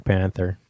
Panther